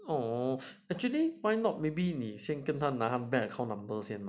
orh why not 你先跟他拿 bank account number 先